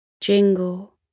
Jingle